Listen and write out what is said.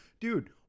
dude